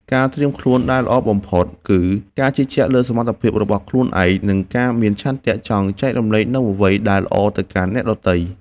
ការត្រៀមខ្លួនដែលល្អបំផុតគឺ ការជឿជាក់លើសមត្ថភាពរបស់ខ្លួនឯង និងការមានឆន្ទៈចង់ចែករំលែកនូវអ្វីដែលល្អទៅកាន់អ្នកដទៃ។